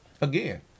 Again